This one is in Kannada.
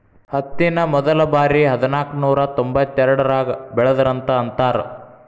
ಹತ್ತಿನ ಮೊದಲಬಾರಿ ಹದನಾಕನೂರಾ ತೊಂಬತ್ತೆರಡರಾಗ ಬೆಳದರಂತ ಅಂತಾರ